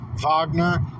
Wagner